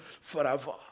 forever